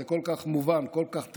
זה כל כך מובן, כל כך טריוויאלי.